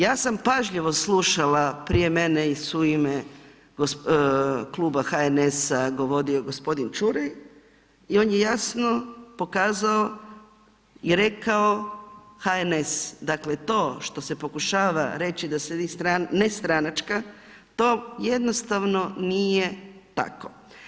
Ja sam pažljivo slušala prije mene u ime kluba HNS-a govorio je gospodin Čuraj i on je jasno pokazao i rekao HNS, dakle to što se pokušava reći da ste vi nestranačka, to jednostavno nije tako.